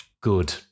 good